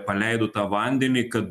paleido tą vandenį kad